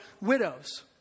widows